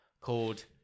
called